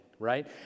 Right